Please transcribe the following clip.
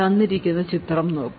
തന്നിരിക്കുന്ന ചിത്രം നോക്കുക